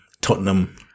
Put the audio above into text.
Tottenham